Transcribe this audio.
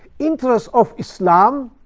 interests of islam,